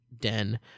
den